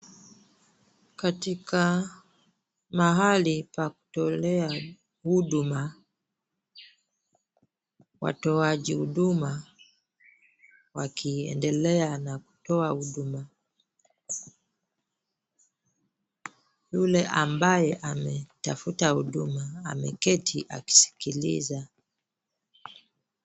Katika mahali pa kutolea huduma, watoaji huduma wakiendelea kutoa huduma ,yule ambaye ametafuta huduma ameketi akisikiliza.